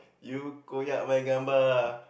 you koyak my gambar